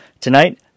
Tonight